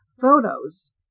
photos